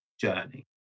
journey